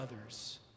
others